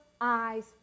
eyes